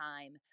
time